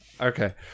Okay